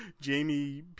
Jamie